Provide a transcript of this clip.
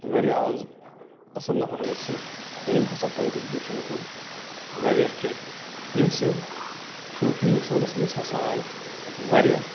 واریاہ اَز اَصٕل نَفر اوس سُہ یٔمۍ ہسا کَنٛٹربیٛوٗشَن کوٚر واریاہ کیٚنٛہہ ییٚمہِ سٕنٛدۍ تھرٛوٗ ہِنٛدوستانَس منٛز ہسا آیہِ واریاہ